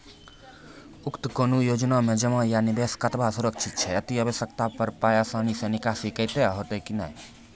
उक्त कुनू योजना मे जमा या निवेश कतवा सुरक्षित छै? अति आवश्यकता पर पाय आसानी सॅ निकासी हेतै की नै?